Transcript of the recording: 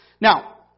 Now